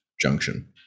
junction